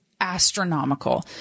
astronomical